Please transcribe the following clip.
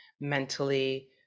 mentally